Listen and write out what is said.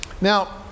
now